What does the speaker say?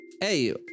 Hey